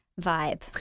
vibe